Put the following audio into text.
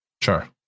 Sure